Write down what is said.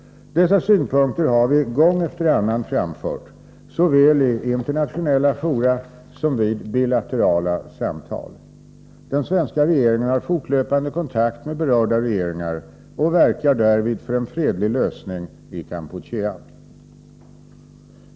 Dessa synpunkter har vi gång efter annan framfört såväl i internationella fora som vid bilaterala samtal. Den svenska regeringen har fortlöpande kontakt med berörda regeringar och verkar därvid för en fredlig lösning i Kampuchea.